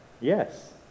Yes